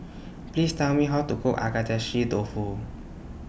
Please Tell Me How to Cook Agedashi Dofu